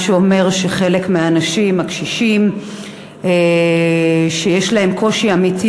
מה שאומר שחלק מהאנשים הקשישים שיש להם קושי אמיתי,